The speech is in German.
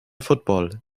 football